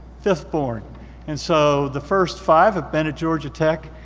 fifth-born. and so the first five have been to georgia tech,